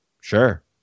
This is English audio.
Sure